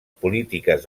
polítiques